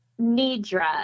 Nidra